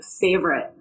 favorite